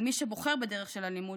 על מי שבוחר בדרך של אלימות,